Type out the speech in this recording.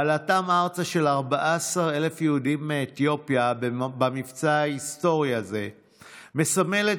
העלאתם ארצה של 14,000 יהודים מאתיופיה במבצע ההיסטורי הזה מסמלת